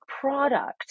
product